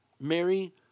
Mary